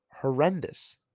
Horrendous